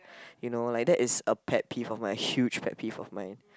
you know like that is a pet peeve of mine huge pet peeve of mine